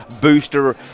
booster